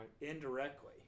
indirectly